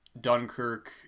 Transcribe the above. Dunkirk